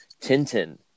Tintin